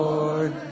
Lord